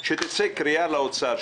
שתצא קריאה לאוצר,